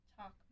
talk